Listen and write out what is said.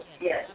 Yes